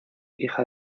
hija